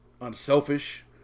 unselfish